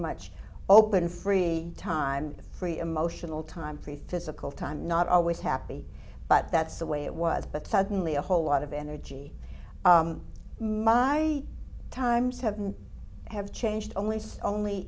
much open free time free emotional time for a physical time not always happy but that's the way it was but suddenly a whole lot of energy my times have been have changed only only